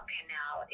Canal